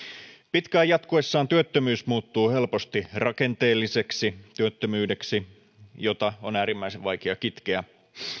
pitkään jatkuessaan työttömyys muuttuu helposti rakenteelliseksi työttömyydeksi jota on äärimmäisen vaikea kitkeä